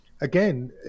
again